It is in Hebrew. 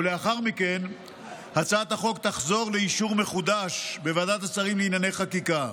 ולאחר מכן הצעת החוק תחזור לאישור מחודש בוועדת השרים לענייני חקיקה.